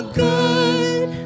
good